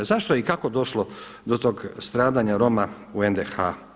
Zašto je i kako došlo do toga stradanja Roma u NDH?